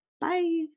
Bye